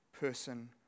person